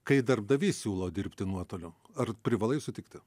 kai darbdavys siūlo dirbti nuotoliu ar privalai sutikti